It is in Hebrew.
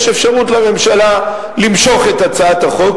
יש אפשרות לממשלה למשוך את הצעות החוק,